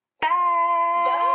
Bye